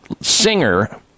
singer